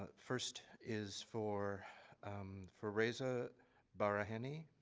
ah first is for for raisa barra hani,